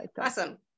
awesome